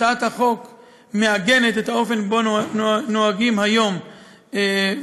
הצעת החוק מעגנת את האופן שבו נוהגים היום באגף